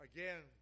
Again